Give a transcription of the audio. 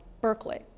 Berkeley